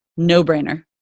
no-brainer